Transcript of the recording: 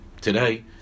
today